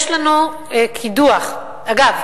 אגב,